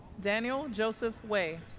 daniel joseph way